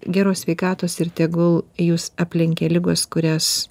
geros sveikatos ir tegul jus aplenkia ligos kurias